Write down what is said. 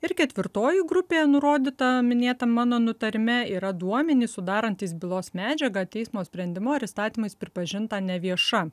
ir ketvirtoji grupė nurodyta minėtam mano nutarime yra duomenys sudarantys bylos medžiagą teismo sprendimu ir įstatymais pripažinta nevieša